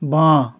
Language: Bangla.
বাঁ